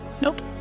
Nope